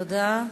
תודה.